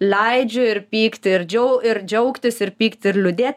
leidžiu ir pykti ir džiau ir džiaugtis ir pykti ir liūdėti